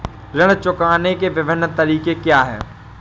ऋण चुकाने के विभिन्न तरीके क्या हैं?